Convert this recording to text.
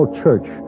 church